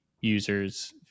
users